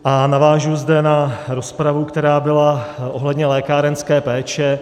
A navážu zde na rozpravu, která byla ohledně lékárenské péče.